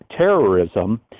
terrorism